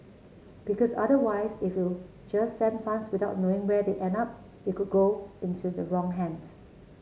because otherwise if you just send funds without knowing where they end up it could go into the wrong hands